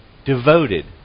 Devoted